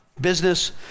business